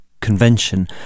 Convention